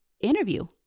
interview